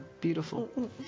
Beautiful